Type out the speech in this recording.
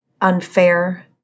unfair